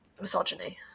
misogyny